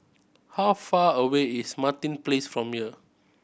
how far away is Martin Place from here